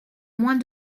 moins